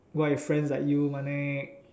go out with friends like you Mannek